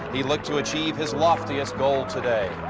he looks to achieve his loftiest goal today.